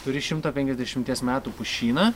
turi šimto penkiasdešimties metų pušyną